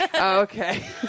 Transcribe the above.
okay